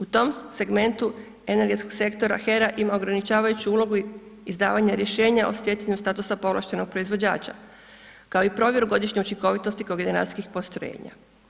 U tom segmentu energetskog sektora HERA ima ograničavajuću ulogu izdavanja rješenja o stjecanju statusa povlaštenog proizvođača, kao i provjeru godišnje učinkovitosti kogeneracijskih postrojenja.